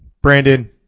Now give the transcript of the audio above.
brandon